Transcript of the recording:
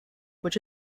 which